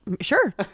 Sure